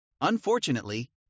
Unfortunately